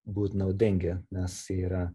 būt naudingi nes yra